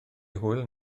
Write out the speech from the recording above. hwyl